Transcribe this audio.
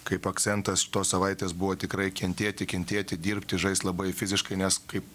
kaip akcentas tos savaitės buvo tikrai kentėti kentėti dirbti žaist labai fiziškai nes kaip